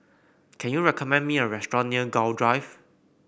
can you recommend me a restaurant near Gul Drive